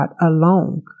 alone